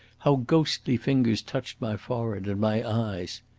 how ghostly fingers touched my forehead and my eyes.